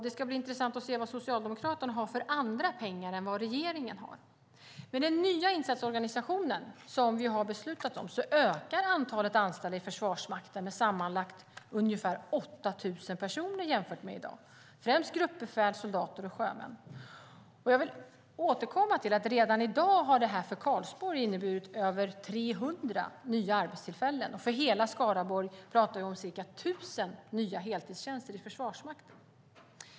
Det ska bli intressant att se vilka andra pengar än regeringen som Socialdemokraterna har. Med den nya insatsorganisationen, som vi har beslutat om, ökar antalet anställda i Försvarsmakten med sammanlagt ungefär 8 000 personer jämfört med i dag, främst gruppbefäl, soldater och sjömän. Och jag vill återkomma till att för Karlsborg har det här redan i dag inneburit över 300 nya arbetstillfällen, och för hela Skaraborg pratar vi om ca 1 000 nya heltidstjänster i Försvarsmakten.